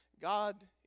God